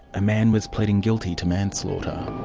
a man was pleading guilty to manslaughter.